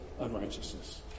unrighteousness